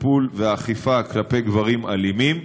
הטיפול והאכיפה כלפי גברים אלימים.